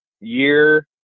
year